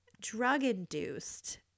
drug-induced